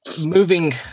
Moving